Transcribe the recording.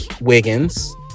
wiggins